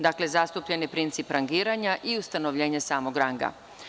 Dakle, zastupljen je princip rangiranja i ustanovljenja samog ranga.